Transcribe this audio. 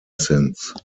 since